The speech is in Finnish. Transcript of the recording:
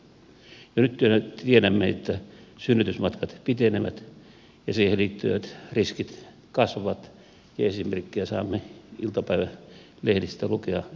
jo nyt tiedämme että synnytysmatkat pitenevät ja siihen liittyvät riskit kasvavat ja esimerkkejä saamme iltapäivälehdistä lukea tämän tästä